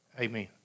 Amen